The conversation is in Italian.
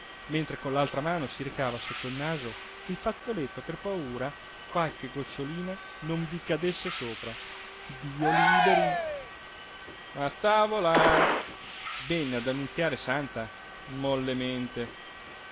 mentre con l'altra mano si recava sotto il naso il fazzoletto per paura qualche gocciolina non vi cadesse sopra dio liberi a tavola venne ad annunziare santa mollemente